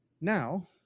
Now